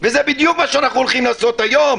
וזה בדיוק מה שאנחנו הולכים לעשות היום.